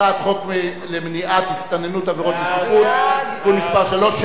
הצעת חוק למניעת הסתננות (עבירות ושיפוט) (תיקון מס' 3 והוראת שעה),